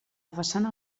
façana